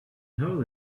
hole